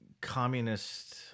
communist